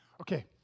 Okay